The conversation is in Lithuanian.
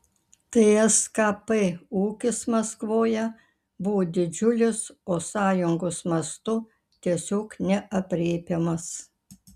tskp ūkis maskvoje buvo didžiulis o sąjungos mastu tiesiog neaprėpiamas